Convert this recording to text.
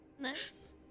Nice